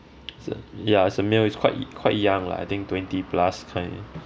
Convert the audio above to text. is a ya is a male is quite quite young lah I think twenty plus kind